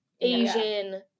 Asian